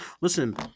listen